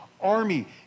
army